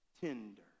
tender